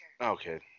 Okay